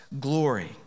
glory